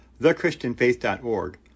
thechristianfaith.org